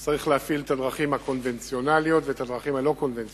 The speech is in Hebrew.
אז צריך להפעיל את הדרכים הקונבנציונליות ואת הדרכים הלא-קונבנציונליות.